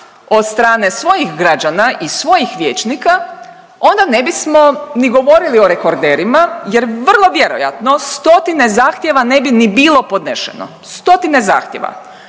od strane svojih građana i svojih vijećnika, onda ne bismo ni govorili o rekorderima jer vrlo vjerojatno stotine zahtjeva ne bi ni bilo podnešeno, stotine zahtjeva,